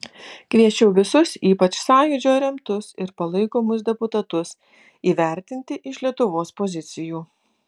kviesčiau visus ypač sąjūdžio remtus ir palaikomus deputatus įvertinti iš lietuvos pozicijų